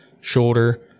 Shoulder